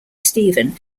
stephen